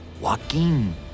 Joaquin